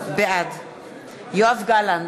בעד יואב גלנט,